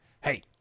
Hey